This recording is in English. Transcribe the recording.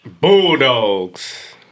Bulldogs